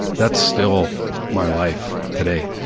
that's still my life today.